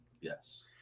Yes